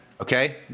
Okay